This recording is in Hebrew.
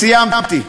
סיימתי.